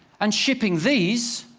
and shipping these,